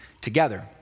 together